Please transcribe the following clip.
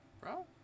bro